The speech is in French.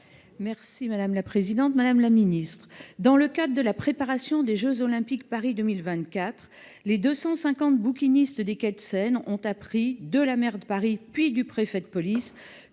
à Mme la ministre de la culture. Dans le cadre de la préparation des jeux Olympiques de Paris 2024, les 250 bouquinistes des quais de Seine ont appris, de la maire de Paris, puis du préfet de police,